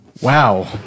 Wow